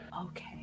Okay